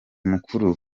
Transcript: mukuru